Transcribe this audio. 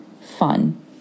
fun